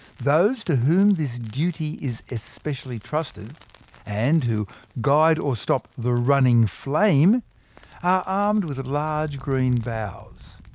those to whom this duty is especially trusted and who guide or stop the running flame, are armed with large green boughs,